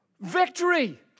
Victory